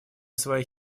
свои